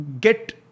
get